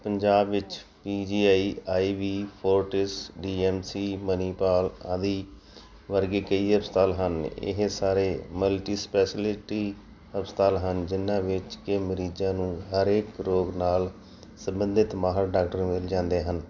ਪੰਜਾਬ ਵਿੱਚ P G I Ivy Fortis D M C Manipal ਆਦਿ ਵਰਗੇ ਕਈ ਹਸਪਤਾਲ ਹਨ ਇਹ ਸਾਰੇ ਮਲਟੀ ਸਪੈਸ਼ਲਿਟੀ ਹਸਪਤਾਲ ਹਨ ਜਿੰਨ੍ਹਾਂ ਵਿੱਚ ਕਿ ਮਰੀਜ਼ਾਂ ਨੂੰ ਹਰ ਇੱਕ ਰੋਗ ਨਾਲ ਸੰਬੰਧਿਤ ਮਾਹਿਰ ਡਾਕਟਰ ਮਿਲ ਜਾਂਦੇ ਹਨ